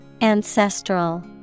Ancestral